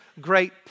great